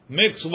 mix